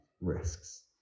risks